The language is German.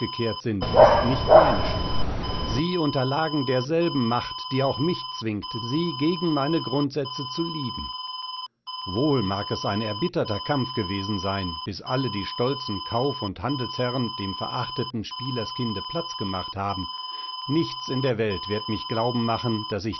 sind ist nicht ihre schuld sie unterlagen derselben macht die auch mich zwingt sie gegen meine grundsätze zu lieben wohl mag es ein erbitterter kampf gewesen sein bis alle die stolzen kauf und handelsherren dem verachteten spielerskinde platz gemacht haben nichts in der welt wird mich glauben machen daß ich